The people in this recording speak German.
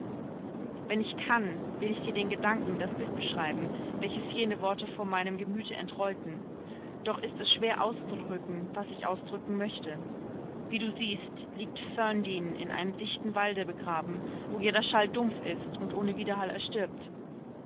wenn ich kann will ich dir den gedanken das bild beschreiben welches jene worte vor meinem gemüte entrollten doch ist es schwer auszudrücken was ich ausdrücken möchte wie du siehst liegt ferndean in einem dichten walde begraben wo jeder schall dumpf ist und ohne widerhall erstirbt